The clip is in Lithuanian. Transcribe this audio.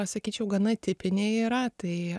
sakyčiau gana tipiniai yra tai